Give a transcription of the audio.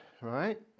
right